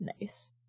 nice